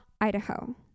Idaho